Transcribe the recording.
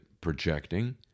projecting